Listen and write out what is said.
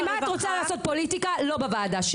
אם את רוצה לעשות פוליטיקה לא בוועדה שלי.